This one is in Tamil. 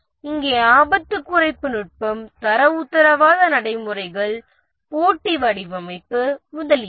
இங்கே ஆபத்து குறைப்பு நுட்பம் தர உத்தரவாத நடைமுறைகள் போட்டி வடிவமைப்பு முதலியன